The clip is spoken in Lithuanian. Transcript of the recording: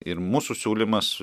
ir mūsų siūlymas